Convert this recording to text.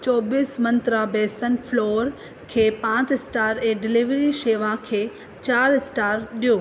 चोबीस मंत्रा बेसन फ्लौर खे पांच स्टार ऐ डिलेवरी शेवा खे चारि स्टार ॾियो